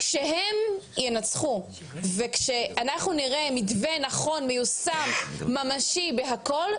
כשהם ינצחו וכשאנחנו נראה מתווה נכון מיושם בכל,